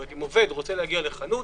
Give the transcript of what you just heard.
אם עובד רוצה להגיע לחנות,